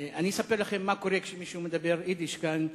אני אספר לכם מה קורה כשמישהו מדבר יידיש כאן,